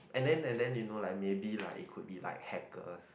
and then and then you know like maybe lah it could be like hackers